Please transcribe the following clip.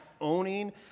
owning